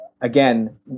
again